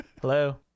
Hello